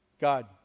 God